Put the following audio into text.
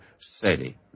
city